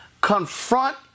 confront